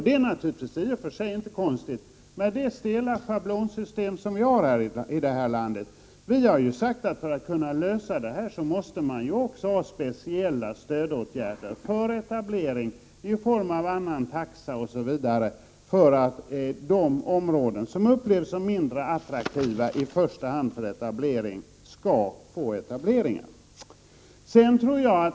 Det är naturligtvis i och för sig inte konstigt med det stela schablonsystem som vi har här i landet. Vi har ju sagt att man för att kunna lösa dessa problem måste ha speciella stödåtgärder för etablering i form av annan taxa osv., för att i första hand de områden som upplevs som mindre attraktiva för etablering verkligen skall få etableringar.